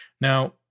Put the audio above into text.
Now